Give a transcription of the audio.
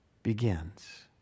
begins